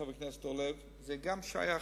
חבר הכנסת אורלב, גם זה שייך.